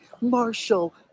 Marshall